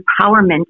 empowerment